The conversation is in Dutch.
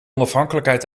onafhankelijkheid